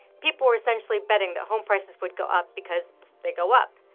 people were essentially betting that home prices would go up because they go up,